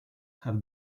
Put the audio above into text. have